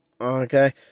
Okay